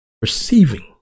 perceiving